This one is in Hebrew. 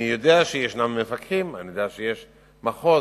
אני יודע שישנם מפקחים ואני יודע שיש מחוז,